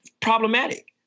problematic